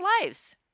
lives